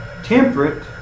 Temperate